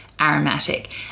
aromatic